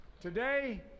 Today